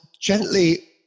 gently